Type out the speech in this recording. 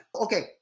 Okay